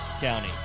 County